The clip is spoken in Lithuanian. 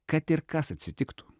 kad ir kas atsitiktų